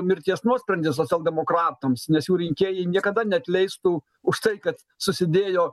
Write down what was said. mirties nuosprendis socialdemokratams nes jų rinkėjai niekada neatleistų už tai kad susidėjo